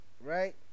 Right